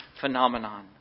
phenomenon